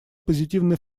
позитивный